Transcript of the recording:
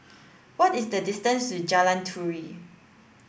what is the distance to Jalan Turi